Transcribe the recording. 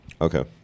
Okay